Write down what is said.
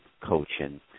coaching